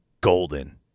golden